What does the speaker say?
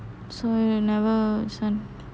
so you never sun